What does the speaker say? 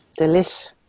delish